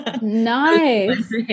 Nice